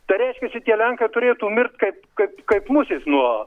tai reiškiasi tie lenkai turėtų mirt kaip kaip kaip musės nuo